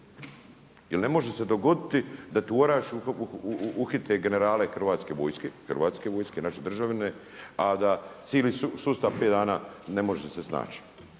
Jer ne može se dogoditi da u Orašju uhite generale Hrvatske vojske, Hrvatske vojske, naše državne a da cijeli sustav 5 dana ne može se snaći.